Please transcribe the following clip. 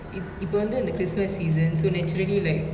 ip~ இப்பவந்து இந்த:ippavanthu intha christmas season so naturally like